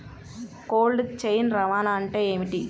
Cold chain రవాణా అంటే ఏమిటీ?